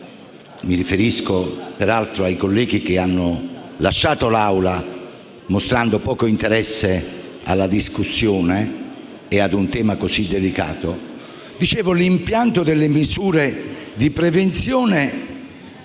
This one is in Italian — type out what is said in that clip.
Mi riferisco peraltro ai colleghi che hanno lasciato l'Aula, mostrando poco interesse alla discussione di un tema così delicato. L'impianto delle misure di prevenzione,